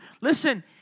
listen